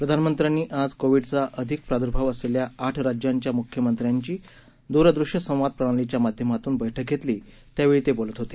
प्रधानमंत्र्यांनी आज कोविडचा अधिक प्रादुर्भाव असलेल्या आठ राज्यांच्या मुख्यमंत्र्यांची दुरदृश्य संवाद प्रणालीच्या माध्यमातून बैठक घेतली त्यावेळी ते बोलत होते